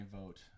vote